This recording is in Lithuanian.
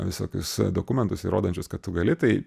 visokius dokumentus įrodančius kad tu gali tai